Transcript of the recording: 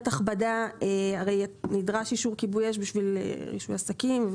נדרש אישור של כיבוי אש בשביל רישוי עסקים,